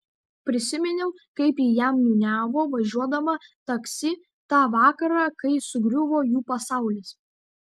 prisiminiau kaip ji jam niūniavo važiuodama taksi tą vakarą kai sugriuvo jų pasaulis